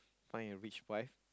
find a rich wife